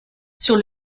sur